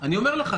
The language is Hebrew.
אני אומר לך,